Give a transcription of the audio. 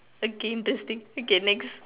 okay interesting okay next